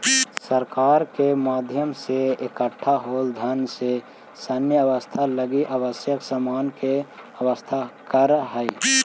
सरकार कर के माध्यम से इकट्ठा होल धन से सैन्य व्यवस्था लगी आवश्यक सामान के व्यवस्था करऽ हई